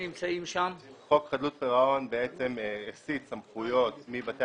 חוק חדלות פירעון בעצם הסיט סמכויות מבתי